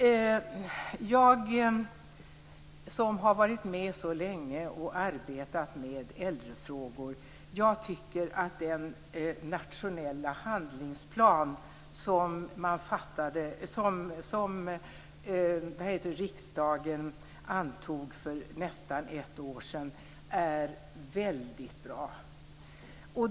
Jag som har varit med så länge och arbetat med äldrefrågor tycker att den nationella handlingsplan som riksdagen antog för nästan ett år sedan är väldigt bra.